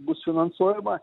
bus finansuojama